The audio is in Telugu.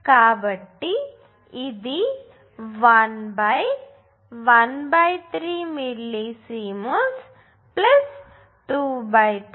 కాబట్టి ఇది 1 13 మిల్లీ సిమెన్స్ 23